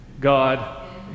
God